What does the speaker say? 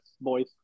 boys